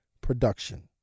production